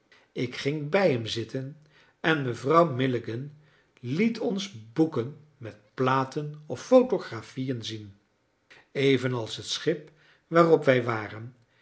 ik ging bij hem zitten en mevrouw milligan liet ons boeken met platen of photographieën zien evenals het schip waarop wij waren